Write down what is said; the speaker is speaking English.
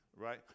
right